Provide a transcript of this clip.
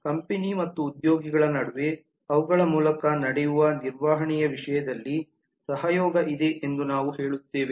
ಆದ್ದರಿಂದ ಕಂಪೆನಿಯ ಮತ್ತು ಉದ್ಯೋಗಿಗಳ ನಡುವೆ ಅವುಗಳ ಮೂಲಕ ನಡೆಯುವ ನಿರ್ವಹಣೆಯ ವಿಷಯದಲ್ಲಿ ಸಹಯೋಗವಿದೆ ಎಂದು ನಾವು ಹೇಳುತ್ತೇವೆ